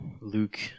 Luke